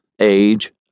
age